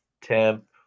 temp